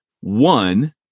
one